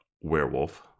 werewolf